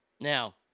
now